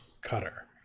cutter